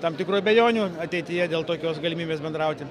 tam tikrų abejonių ateityje dėl tokios galimybės bendrauti